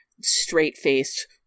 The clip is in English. straight-faced